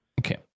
Okay